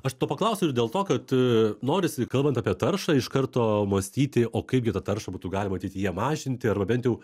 aš to paklausiau ir dėl to kad norisi kalbant apie taršą iš karto mąstyti o kaip gi tą taršą būtų galima ateityje mažinti arba bent jau